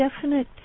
definite